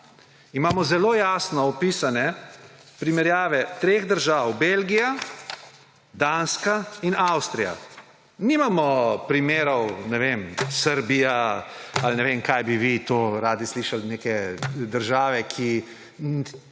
imamo zelo jasno opisane primerjave treh držav: Belgije, Danske in Avstrije. Nimamo primerov, ne vem, Srbije ali ne vem, kaj bi vi radi slišali, neke države, ki